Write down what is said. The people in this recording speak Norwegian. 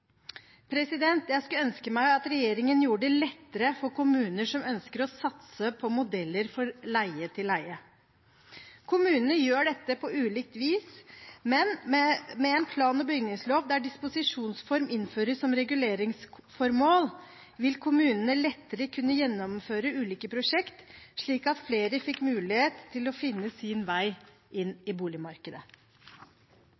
Jeg skulle ønske at regjeringen gjorde det lettere for kommuner som ønsker å satse på modeller for leie-til-eie. Kommunene gjør dette på ulikt vis, men med en plan- og bygningslov der disposisjonsform innføres som reguleringsformål, vil kommunene lettere kunne gjennomføre ulike prosjekter, slik at flere får mulighet til å finne sin vei inn